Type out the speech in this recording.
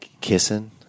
kissing